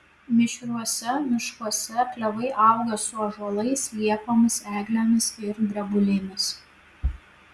mišriuose miškuose klevai auga su ąžuolais liepomis eglėmis ir drebulėmis